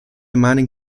mining